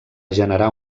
generar